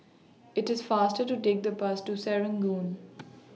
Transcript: IT IS faster to Take The Bus to Serangoon